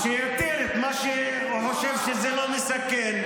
אז שיתיר את מה שהוא חושב שלא מסכן.